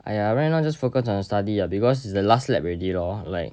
!aiya! right now just focus on your study lah because the last lap already lor like